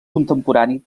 contemporani